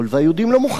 והיהודים לא מוכנים,